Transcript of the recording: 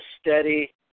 steady